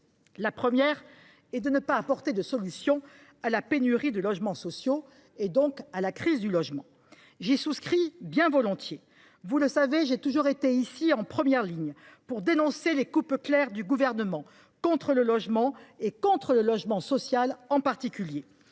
La première est de ne pas apporter de solution à la pénurie de logements sociaux et à la crise du logement. J’y souscris bien volontiers ! Vous le savez, j’ai toujours été en première ligne pour dénoncer les coupes claires du Gouvernement contre le logement, en particulier contre le logement social. La pénurie